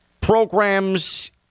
programs